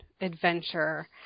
adventure